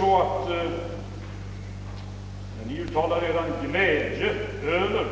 När ni uttalar er glädje över